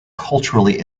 culturally